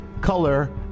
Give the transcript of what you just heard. color